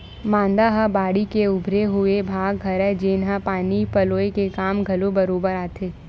मांदा ह बाड़ी के उभरे हुए भाग हरय, जेनहा पानी पलोय के काम घलो बरोबर आथे